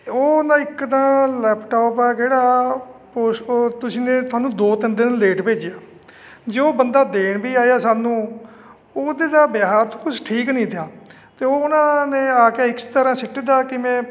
ਉਹ ਨਾ ਇੱਕ ਤਾਂ ਲੈਪਟਾਪ ਆ ਕਿਹੜਾ ਪੋਸਪੋ ਤੁਸੀਂ ਨੇ ਸਾਨੂੰ ਦੋ ਤਿੰਨ ਦਿਨ ਲੇਟ ਭੇਜਿਆ ਜੇ ਉਹ ਬੰਦਾ ਦੇਣ ਵੀ ਆਇਆ ਸਾਨੂੰ ਉਹਦੇ ਦਾ ਵਿਹਾਰ ਕੁਛ ਠੀਕ ਨਹੀਂ ਥਾ ਅਤੇ ਉਹਨਾਂ ਨੇ ਆ ਕੇ ਇਸ ਤਰ੍ਹਾਂ ਸਿੱਟ ਦਿੱਤਾ ਕਿਵੇਂ